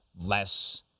less